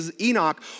Enoch